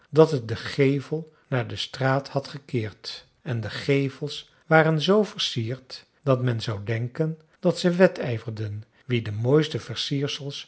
dat het den gevel naar de straat had gekeerd en de gevels waren zoo versierd dat men zou denken dat ze wedijverden wie de mooiste versiersels